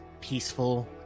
peaceful